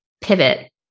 pivot